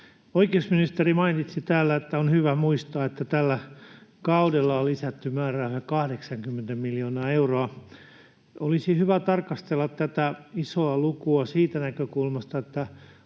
Oikeusministeri mainitsi täällä, että on hyvä muistaa, että tällä kaudella on lisätty määrärahoja 80 miljoonaa euroa. Olisi hyvä tarkastella tätä isoa lukua siitä näkökulmasta, että